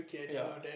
ya